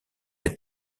est